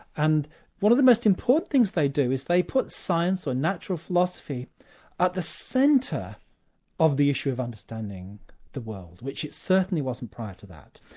and one of the most important things they do, is they put science or natural philosophy at the centre of the issue of understanding the world, which it certainly wasn't, prior to that.